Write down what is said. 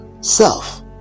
Self